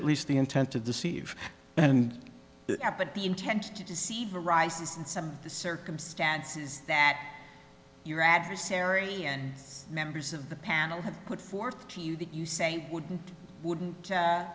at least the intent to deceive and the intent to deceive arises in some of the circumstances that your adversary and members of the panel have put forth to you that you say wouldn't wouldn't